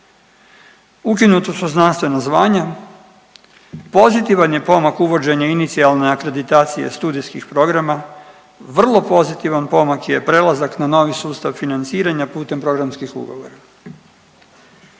Ukinuta su znanstvena zvanja, pozitivan je pomak uvođenje inicijalne akreditacije studijskih programa, vrlo pozitivan pomak je prelazak na novi sustav financiranja putem programskih ugovora.